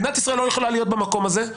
מדינת ישראל לא יכולה להיות במקום הזה.